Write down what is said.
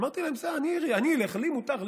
אמרתי להם: בסדר, אני אלך, לי מותר.